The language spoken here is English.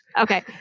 okay